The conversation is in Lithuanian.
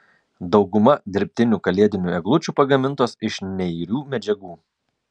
dauguma dirbtinių kalėdinių eglučių pagamintos iš neirių medžiagų